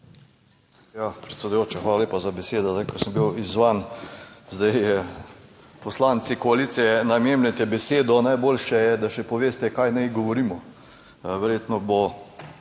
Ja, predsedujoča, hvala lepa za besedo. Zdaj, ko sem bil izzvan. Zdaj poslanci koalicije nam jemljete besedo. Najboljše je, da še poveste, kaj naj govorimo. Verjetno bo